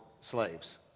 slaves